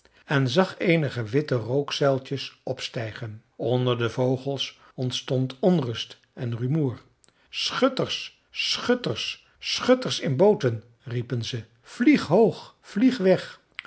en zag eenige witte rookzuiltjes opstijgen onder de vogels ontstond onrust en rumoer schutters schutters schutters in booten riepen ze vlieg hoog vlieg weg